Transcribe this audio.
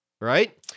Right